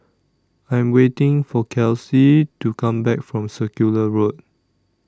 I Am waiting For Kelsi to Come Back from Circular Road